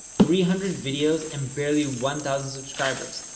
three hundred videos, and barely one thousand subscribers,